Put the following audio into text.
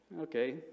Okay